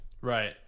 right